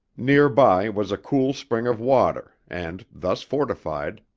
nearby was a cool spring of water, and, thus fortified,